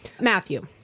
Matthew